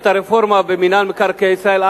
את הרפורמה במינהל מקרקעי ישראל,